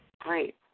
Great